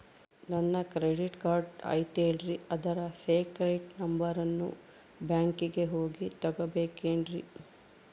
ನನ್ನ credit card ಐತಲ್ರೇ ಅದರ ಸೇಕ್ರೇಟ್ ನಂಬರನ್ನು ಬ್ಯಾಂಕಿಗೆ ಹೋಗಿ ತಗೋಬೇಕಿನ್ರಿ?